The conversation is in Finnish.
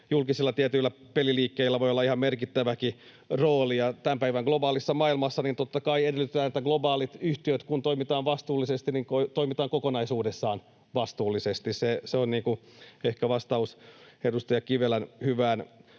julkisilla peliliikkeillä voi olla ihan merkittäväkin rooli. Tämän päivän globaalissa maailmassa, totta kai, edellytetään, että kun globaalit yhtiöt toimivat vastuullisesti, niin ne toimivat kokonaisuudessaan vastuullisesti. Se on ehkä vastaus edustaja Kivelän hyvään